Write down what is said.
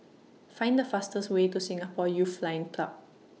Find The fastest Way to Singapore Youth Flying Club